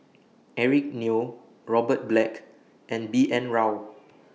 Eric Neo Robert Black and B N Rao